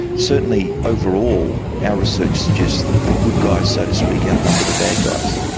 certainly overall our research suggests that the good guys, so to speak, outnumber the bad guys.